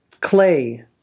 clay